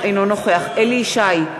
אינו נוכח אליהו ישי,